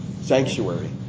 sanctuary